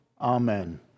Amen